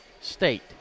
state